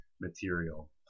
material